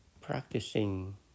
practicing